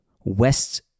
west